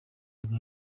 bwa